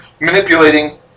manipulating